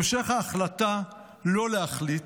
על המשך ההחלטה לא להחליט,